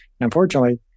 Unfortunately